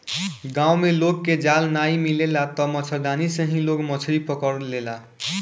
गांव में लोग के जाल नाइ मिलेला तअ मछरदानी से ही लोग मछरी पकड़ लेला